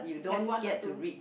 I've won the two